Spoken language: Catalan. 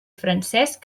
francesc